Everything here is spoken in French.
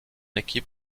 équipe